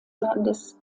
landes